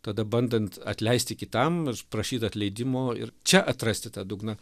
tada bandant atleisti kitam prašyt atleidimo ir čia atrasti tą dugną